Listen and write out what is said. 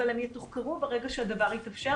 אבל הם יתוחקרו ברגע שהדבר יתאפשר,